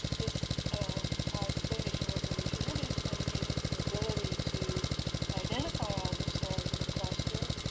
this um high spatial resolution image that and gave us the ability to identify all the stars in the cluster.